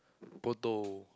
Poto